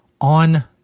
on